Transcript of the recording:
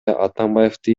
атамбаевди